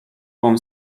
bom